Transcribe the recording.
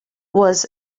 was